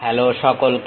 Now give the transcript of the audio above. hello সকলকে